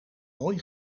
mooi